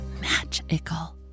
magical